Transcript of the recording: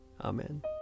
Amen